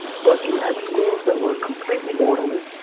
but you had schools that were completely orderly,